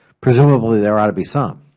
presumably there ought to be some.